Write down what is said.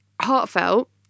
heartfelt